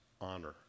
honor